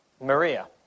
Maria